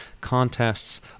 contests